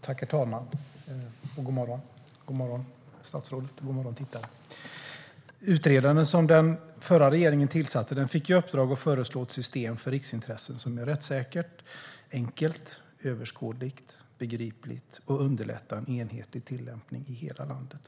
Herr talman! God morgon, statsrådet och tittarna! Utredaren som den förra regeringen tillsatte fick i uppdrag att föreslå ett system för riksintressen som skulle vara "rättssäkert, enkelt, överskådligt och begripligt samt underlätta en enhetlig tillämpning i hela landet".